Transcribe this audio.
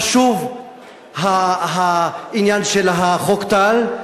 חשוב העניין של חוק טל,